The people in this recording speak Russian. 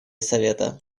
совета